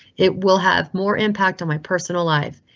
it will have more impact on my personal life.